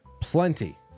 Plenty